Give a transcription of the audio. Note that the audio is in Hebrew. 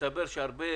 שמסתבר שהרבה